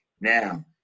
Now